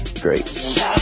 great